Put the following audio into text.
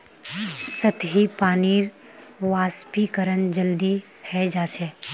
सतही पानीर वाष्पीकरण जल्दी हय जा छे